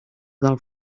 del